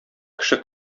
кеше